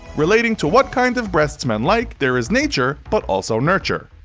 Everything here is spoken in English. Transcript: relating to what kind of breasts men like, there is nature but also nurture.